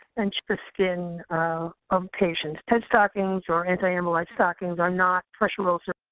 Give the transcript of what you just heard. and check the skin of patients. ted stockings or anti-embolism stockings are not pressure ulcer